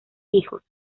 hijos